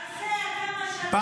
תעשה כמה שאתה רוצה.